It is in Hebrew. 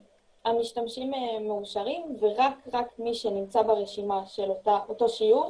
המשתמשים מאושרים ורק מי שנמצא ברשימה של אותו שיעור